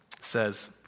says